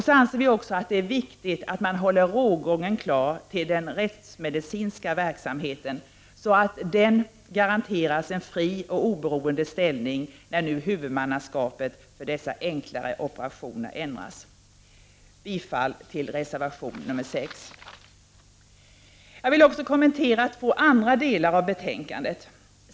Vi anser också att det är viktigt att man håller rågången klar till den rättsmedicinska verksamheten, så att den garanteras en fri och oberoende ställning när nu huvudmannaskapet för dessa enklare obduktioner ändras. Jag yrkar bifall till reservation nr. 6. Jag vill också kommentera två andra delar av betänkandet.